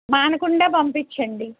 మానకుండా పంపిచండి